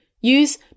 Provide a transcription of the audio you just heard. Use